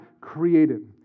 created